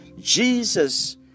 Jesus